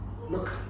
Look